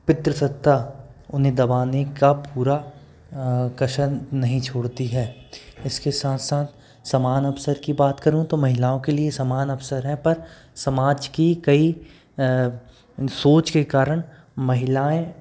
पित्रसत्ता उन्हें दबाने का पूरा कसन नही छोड़ती है इसके साथ साथ समान अवसर की बात करू तो महिलाओं के लिए समान अवसर है पर समाज की कई सोच के कारण महिलाएं